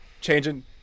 Changing